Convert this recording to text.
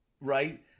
Right